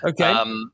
Okay